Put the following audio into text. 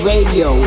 Radio